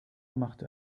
machte